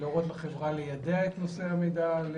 להורות לחברה ליידע את נושאי המידע על